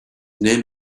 name